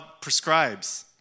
prescribes